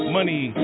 Money